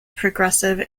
progressive